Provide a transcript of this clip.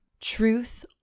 truth